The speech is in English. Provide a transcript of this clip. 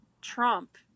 Trump